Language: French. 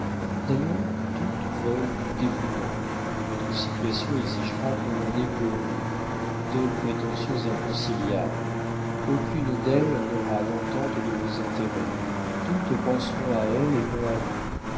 d'ailleurs toutes veulent du dévouement et votre situation exigera qu'on en ait pour vous deux prétentions inconciliables aucune d'elles n'aura l'entente de vos intérêts toutes penseront à elles et non à vous